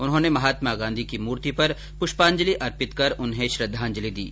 उन्होंने महात्मा गांधी की मूर्ति पर प्रष्पांजलि अर्पित कर उन्हें श्रद्वाजलि दी